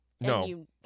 No